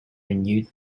renewed